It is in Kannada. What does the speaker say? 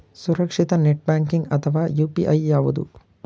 ಸುರಕ್ಷಿತ ನೆಟ್ ಬ್ಯಾಂಕಿಂಗ್ ಅಥವಾ ಯು.ಪಿ.ಐ ಯಾವುದು?